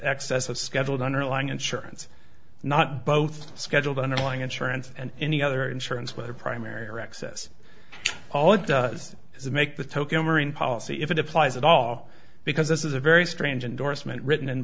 excess of scheduled underlying insurance not both scheduled underlying insurance and any other insurance whether primary or excess all it does is make the tokio marine policy if it applies at all because this is a very strange endorsement written